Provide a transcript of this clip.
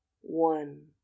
one